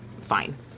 fine